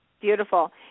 Beautiful